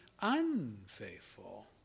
unfaithful